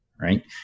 Right